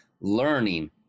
learning